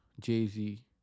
Jay-Z